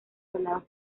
soldados